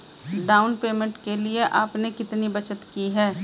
Down payment के लिए आपने कितनी बचत की है?